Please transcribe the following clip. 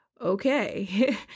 okay